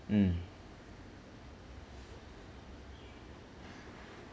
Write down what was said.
mm